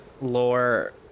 Lore